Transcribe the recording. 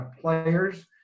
players